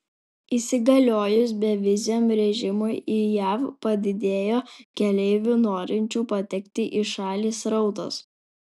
įsigaliojus beviziam režimui į jav padidėjo keleivių norinčių patekti į šalį srautas